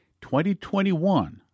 2021